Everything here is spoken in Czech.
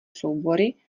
soubory